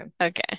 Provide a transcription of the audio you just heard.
okay